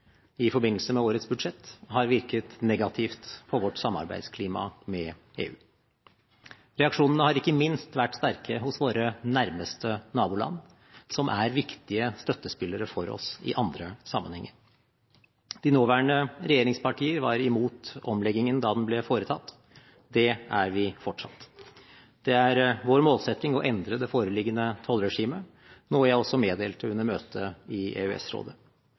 i forbindelse med årets budsjett, har virket negativt på vårt samarbeidsklima med EU. Reaksjonene har ikke minst vært sterke hos våre nærmeste naboland, som er viktige støttespillere for oss i andre sammenhenger. De nåværende regjeringspartier var imot omleggingen da den ble foretatt. Det er vi fortsatt. Det er vår målsetting å endre det foreliggende tollregimet, noe jeg også meddelte under møtet i